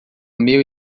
meu